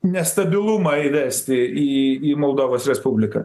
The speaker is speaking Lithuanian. nestabilumą įvesti į į moldovos respubliką